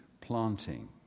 planting